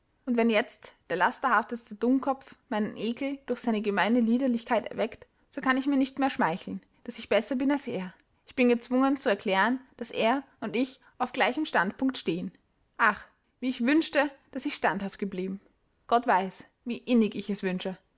und wenn jetzt der lasterhafteste dummkopf meinen ekel durch seine gemeine liederlichkeit erweckt so kann ich mir nicht mehr schmeicheln daß ich besser bin als er ich bin gezwungen zu erklären daß er und ich auf gleichem standpunkt stehen ach wie ich wünsche daß ich standhaft geblieben gott weiß wie innig ich es wünsche